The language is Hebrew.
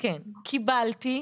קיבלתי,